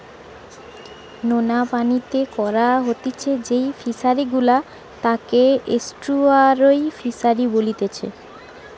লোনা পানিতে করা হতিছে যেই ফিশারি গুলা তাকে এস্টুয়ারই ফিসারী বলেতিচ্ছে